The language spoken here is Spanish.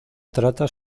trata